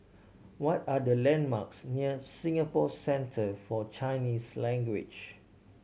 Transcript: what are the landmarks near Singapore Centre For Chinese Language